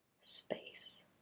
space